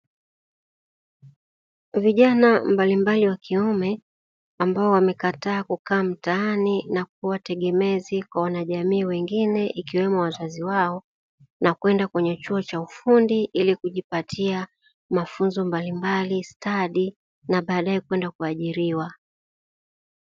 Vijana mbalimbali wa kiume; ambao wamekataa kukaa mtaani na kuwa tegemezi kwa wanajamii wengine ikiwemo wazazi wao, na kwenda kwenye chuo cha ufundi ili kujipatia mafunzo mbalimbali stadi na baadaye kwenda kuajiriwa.